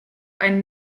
ein